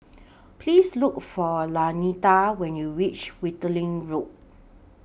Please Look For Lanita when YOU REACH Wittering Road